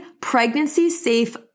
pregnancy-safe